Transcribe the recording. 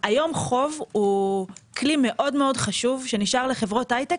היום חוב הוא כלי מאוד מאוד חשוב שנשאר לחברות הייטק